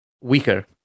weaker